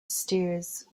steers